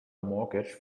mortgage